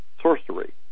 sorcery